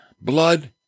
Blood